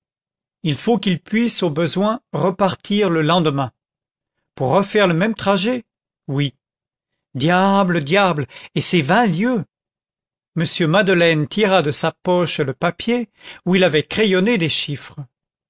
il faut qu'il puisse au besoin repartir le lendemain pour refaire le même trajet oui diable diable et c'est vingt lieues m madeleine tira de sa poche le papier où il avait crayonné des chiffres